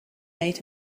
made